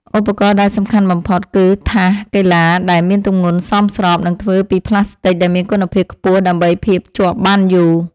ឧបករណ៍ដែលសំខាន់បំផុត គឺថាសកីឡាដែលមានទម្ងន់សមស្រប និងធ្វើពីផ្លាស្ទិកដែលមានគុណភាពខ្ពស់ដើម្បីភាពជាប់បានយូរ។